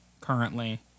currently